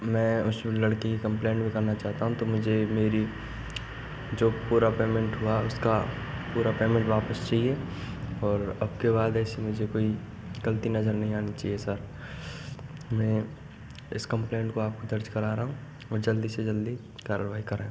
मैं उस लड़के की कंप्लेन निकालना चाहता हूँ तो मुझे मेरी जो पूरा पेमेंट हुआ उसका पूरा पेमेंट वापस चाहिए और अब के बाद ऐसी मुझे कोई गलती नजर नहीं आनी चाहिए सर मैं इस कंप्लेंट को आपको दर्ज करा रहा हूँ और जल्दी से जल्दी कार्यवाही करें